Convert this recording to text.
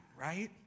right